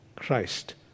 Christ